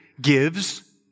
gives